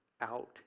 out